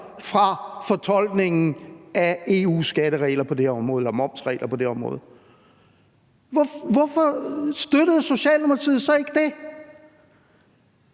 fra fortolkningen af EU's skatteregler eller momsregler på det her område? Hvorfor støttede Socialdemokratiet så ikke det?